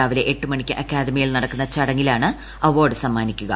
രാവിലെ എട്ട് മണിക്ക് അക്കാദമിയിൽ നടക്കുന്ന ചടങ്ങിലാണ് അവാർഡ് സമ്മാനിക്കുക